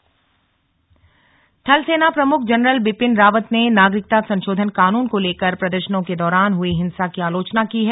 थलसेना प्रमुख थलसेना प्रमुख जनरल बिपिन रावत ने नागरिकता संशोधन कानून को लेकर प्रदर्शनों के दौरान हुई हिंसा की आलोचना की है